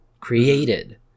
created